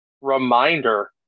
reminder